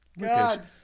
God